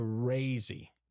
crazy